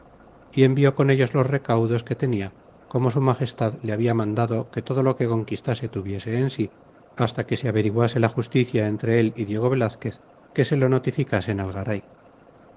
y envió con ellos los recaudos que tenia como su magestad le habia mandado que todo lo que conquistase tuviese en sí hasta que se averiguase la justicia entre él y diego velazquez que se lo notificasen al